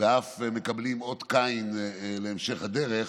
ואף ומקבלים אות קין להמשך הדרך,